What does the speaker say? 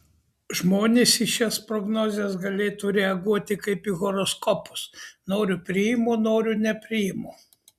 žmonės į šias prognozes galėtų reaguoti kaip į horoskopus noriu priimu noriu nepriimu